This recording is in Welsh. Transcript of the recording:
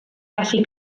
gallu